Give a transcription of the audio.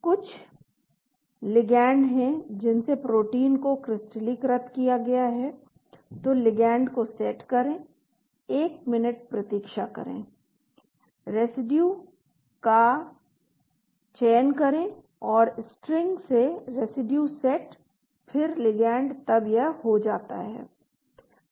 कुछ लिगैंड हैं जिनसे प्रोटीन को क्रिस्टलीकृत किया गया है तो लिगैंड को सेट करें एक मिनट प्रतीक्षा करें रेसिड्यू सेट का चयन करें और स्ट्रिंग से रेसिड्यू सेट फिर लिगैंड तब यह हो जाता है